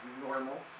normal